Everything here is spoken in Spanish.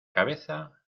cabeza